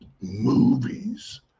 movies